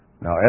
Now